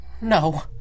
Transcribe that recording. No